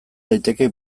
daiteke